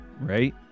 right